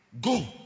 Go